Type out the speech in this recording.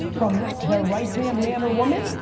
from their right-hand man or woman,